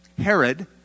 Herod